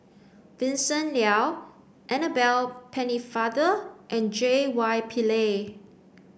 Vincent Leow Annabel Pennefather and J Y Pillay